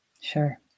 Sure